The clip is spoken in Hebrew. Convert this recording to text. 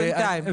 בינתיים.